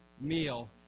meal